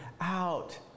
out